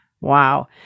Wow